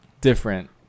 different